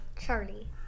charlie